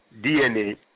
DNA